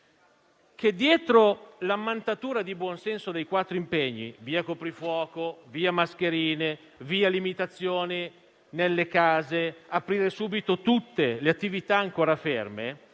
che, dietro l'ammantatura di buon senso dei quattro impegni (via coprifuoco, via mascherine, via limitazioni nelle case e aprire subito tutte le attività ancora ferme),